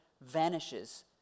vanishes